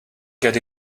get